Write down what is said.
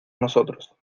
nosotros